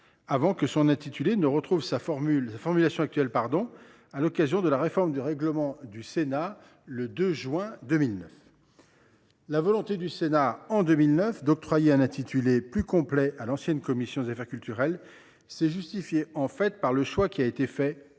avant que son intitulé ne trouve sa formulation actuelle à l’occasion de la réforme du règlement du Sénat du 2 juin 2009. La volonté du Sénat, en 2009, d’octroyer un intitulé plus complet à l’ancienne commission des affaires culturelles s’est justifiée par le choix fait dès